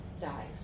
died